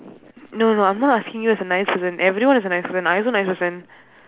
no no I'm not asking you as a nice person everyone is a nice person I also nice person